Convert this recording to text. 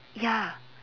ya